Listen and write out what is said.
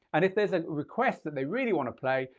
and if there's a request that they really wanna play,